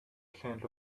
change